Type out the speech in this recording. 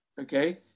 Okay